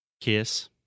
kiss